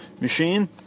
machine